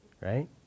right